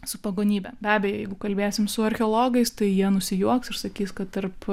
su pagonybe be abejo jeigu kalbėsim su archeologais tai jie nusijuoks ir sakys kad tarp